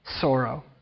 sorrow